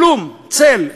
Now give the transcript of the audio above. כלום, צל.